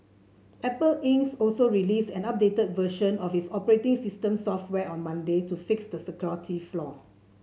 Apple Ins also released an updated version of its operating system software on Monday to fix the security flaw